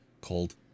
called